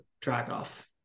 Dragoff